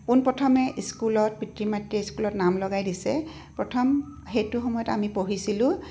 পোনপ্ৰথমে স্কুলত পিতৃ মাতৃয়ে স্কুলত নাম লগাই দিছে প্ৰথম সেইটো সময়ত আমি পঢ়িছিলোঁ